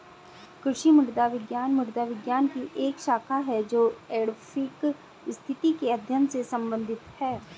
कृषि मृदा विज्ञान मृदा विज्ञान की एक शाखा है जो एडैफिक स्थिति के अध्ययन से संबंधित है